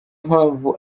mpamvu